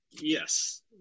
yes